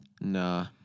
Nah